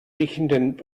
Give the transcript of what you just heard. riechenden